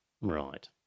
Right